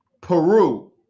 Peru